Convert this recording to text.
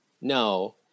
No